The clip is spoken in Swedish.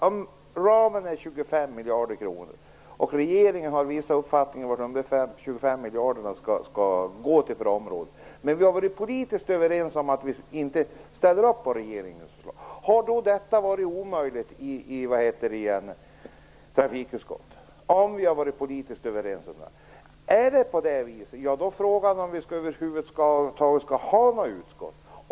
Om ramen är 25 miljarder kronor - och regeringen har vissa uppfattningar om till vilka områden dessa 25 miljarder skall gå, men vi har varit politiskt överens om att vi inte ställer upp på regeringens förslag - hade det då varit omöjligt att i trafikutskottet omfördela pengarna om vi varit politiskt överens om det? Är det på det viset är frågan om vi över huvud taget skall ha något utskott.